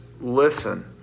listen